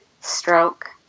stroke